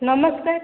ନମସ୍କାର